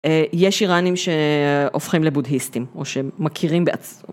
יש איראנים שהופכים לבודהיסטים או שמכירים בעצמם.